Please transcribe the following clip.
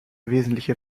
wesentliche